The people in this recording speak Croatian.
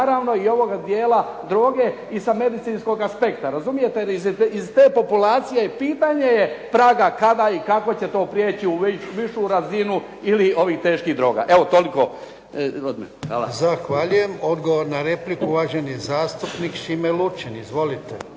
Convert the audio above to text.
Naravno i ovoga dijela droge i sa medicinskog aspekta. Razumijete, iz te populacije pitanje je praga kada i kako će to prijeći u višu razinu ili ovih teških droga. Evo toliko od mene. **Jarnjak, Ivan (HDZ)** Zahvaljujem. Odgovor na repliku, uvaženi zastupnik Šime Lučin. Izvolite.